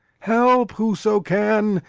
help, whoso can,